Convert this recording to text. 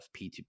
P2P